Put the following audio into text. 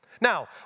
Now